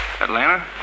Atlanta